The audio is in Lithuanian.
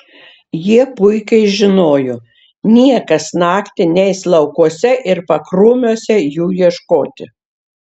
jie puikiai žinojo niekas naktį neis laukuose ir pakrūmiuose jų ieškoti